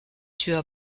tua